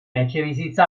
etxebizitza